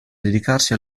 dedicarsi